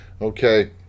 Okay